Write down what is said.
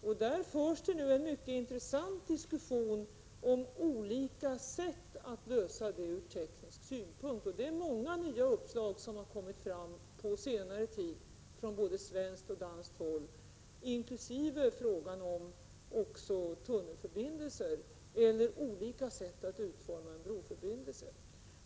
Det förs nu mycket intressanta diskussioner om olika sätt att lösa detta ur teknisk synpunkt. Det är många nya uppslag som kommit fram på senare tid från både svenskt och danskt håll. Det gäller olika sätt att utforma en broförbindelse men också frågan om en tunnelförbindelse.